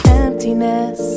emptiness